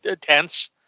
tense